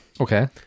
Okay